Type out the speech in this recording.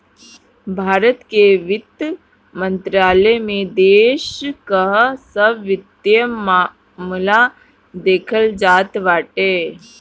भारत के वित्त मंत्रालय में देश कअ सब वित्तीय मामला देखल जात बाटे